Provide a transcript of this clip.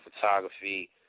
Photography